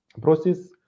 process